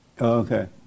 Okay